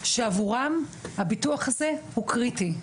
שעבורם הביטוח הזה הוא קריטי.